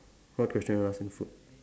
what question you want ask me food